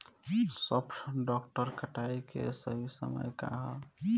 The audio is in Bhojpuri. सॉफ्ट डॉ कटाई के सही समय का ह?